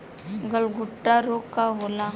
गलघोंटु रोग का होला?